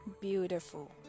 beautiful